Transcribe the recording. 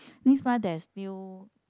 this one that is new